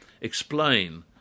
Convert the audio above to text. explain